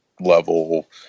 level